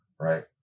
right